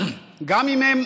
גם אם הם